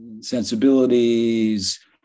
sensibilities